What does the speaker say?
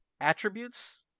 attributes